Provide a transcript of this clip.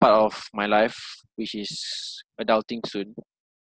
part of my life which is adulting soon